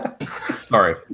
sorry